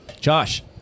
Josh